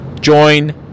Join